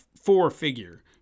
four-figure